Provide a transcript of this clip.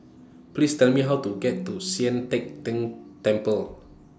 Please Tell Me How to get to Sian Teck Tng Temple